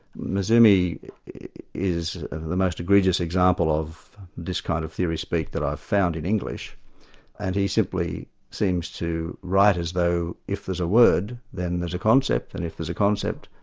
massumi is the most egregious example of this kind of theoryspeak that i've found in english and he simply seems to write as though if there's a word, then there's a concept, and if there's a concept,